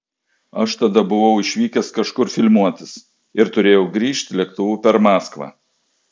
aš tada buvau išvykęs kažkur filmuotis ir turėjau grįžt lėktuvu per maskvą